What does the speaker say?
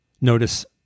notice